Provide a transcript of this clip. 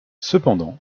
cependant